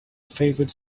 favorite